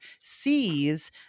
sees